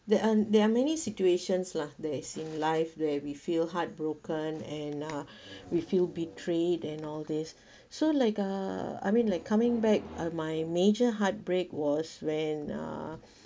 there are there are many situations lah there is in life where we feel heartbroken and uh we feel betrayed and all these so like uh I mean like coming back uh my major heartbreak was when uh